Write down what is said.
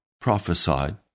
prophesied